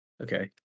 okay